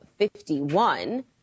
51